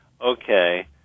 okay